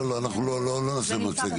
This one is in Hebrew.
לא לא אנחנו לא נעשה מצגת,